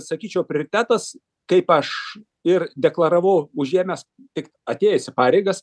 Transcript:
sakyčiau prioritetas kaip aš ir deklaravau užėmęs tik atėjus į pareigas